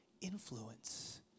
influence